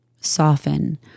Soften